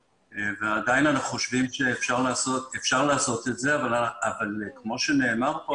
ועדיין אנחנו חושבים שאפשר לעשות את זה אבל כמו שנאמר כאן,